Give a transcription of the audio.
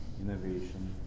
innovation